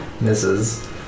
Misses